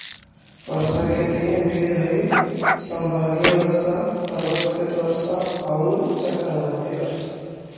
वर्षा के तीन भेद हई संवहनीय वर्षा, पर्वतकृत वर्षा औउर चक्रवाती वर्षा